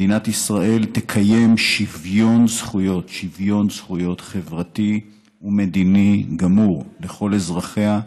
מדינת ישראל "תקיים שוויון זכויות חברתי ומדיני גמור לכל אזרחיה,